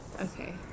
Okay